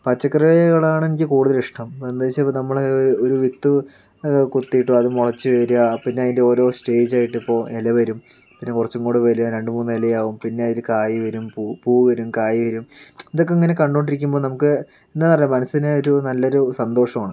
പച്ചക്കറികളാണെനിക്ക് കൂടുതലിഷ്ടം എന്തെന്ന് വെച്ചാൽ നമ്മൾ ഒരു വിത്ത് കുത്തിയിട്ട് അത് മുളച്ച് വരിക പിന്നെ അതിൻ്റെ ഓരോ സ്റ്റേജായിട്ട് ഇപ്പോൾ ഇല വരും പിന്നെ കുറച്ചും കൂടി വരിക രണ്ട് മൂന്ന് ഇലയാകും പിന്നെ അതിൽ കായ് വരും പൂ പൂ വരും കായ് വരും ഇതൊക്കെ ഇങ്ങനെ കണ്ടു കൊണ്ടിരിക്കുമ്പോൾ നമുക്ക് എന്താ പറയുക മനസ്സിന് ഒരു നല്ലൊരു സന്തോഷമാണ്